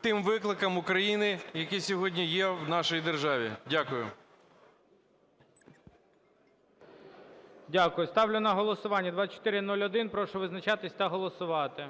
тим викликам України, які сьогодні є в нашій державі? Дякую. ГОЛОВУЮЧИЙ. Дякую. Ставлю на голосування 2401. Прошу визначатись та голосувати.